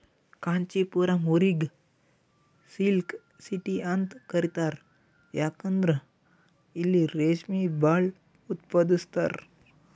ಕಾಂಚಿಪುರಂ ಊರಿಗ್ silk city ಅಂತ್ ಕರಿತಾರ್ ಯಾಕಂದ್ರ್ ಇಲ್ಲಿ ರೇಶ್ಮಿ ಭಾಳ್ ಉತ್ಪಾದಸ್ತರ್